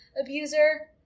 abuser